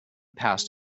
past